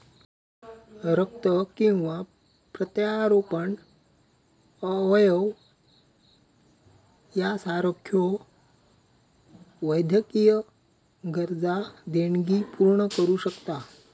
रक्त किंवा प्रत्यारोपण अवयव यासारख्यो वैद्यकीय गरजा देणगी पूर्ण करू शकता